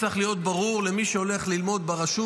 צריך להיות ברור למי שהולך ללמוד ברשות